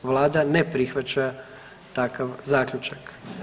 Vlada ne prihvaća takav zaključak.